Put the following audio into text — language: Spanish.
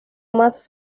más